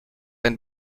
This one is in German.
ein